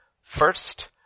First